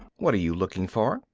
what are you looking for?